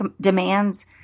demands